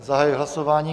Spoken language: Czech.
Zahajuji hlasování.